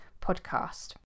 podcast